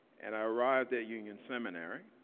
and i arrived at union seminary,